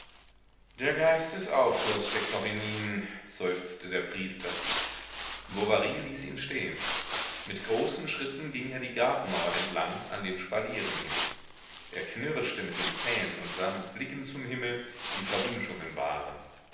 der geist des aufruhrs steckt noch in ihnen seufzte der priester bovary ließ ihn stehen mit großen schritten ging er die gartenmauer entlang an den spalieren hin er knirschte mit den zähnen und sah mit blicken zum himmel die verwünschungen waren